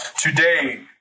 Today